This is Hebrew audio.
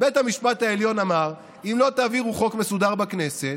בית המשפט העליון אמר: אם לא תעבירו חוק מסודר בכנסת,